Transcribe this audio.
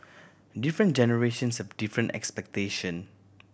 different generations have different expectation